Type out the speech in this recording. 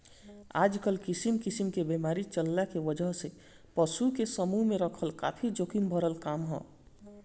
आजकल किसिम किसिम क बीमारी चलला के वजह से पशु के समूह में रखल काफी जोखिम भरल काम ह